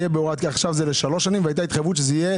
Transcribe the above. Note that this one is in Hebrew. עכשיו זה לשלוש שנים והייתה התחייבות שזה יהיה